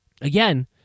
Again